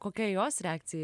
kokia jos reakcija